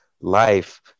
life